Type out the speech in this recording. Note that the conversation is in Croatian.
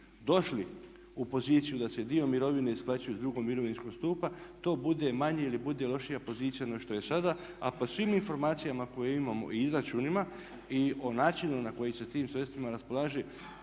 došli u poziciju da se dio mirovine isplaćuje iz drugog mirovinskog stupa to bude manje ili bude lošija pozicija nego što je sada. A po svim informacijama imamo i izračunima i o načinu na koji se tim sredstvima raspolaže